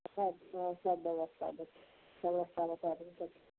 सब बेबस्था सब रस्ता बतै देबौ सबचीज